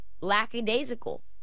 lackadaisical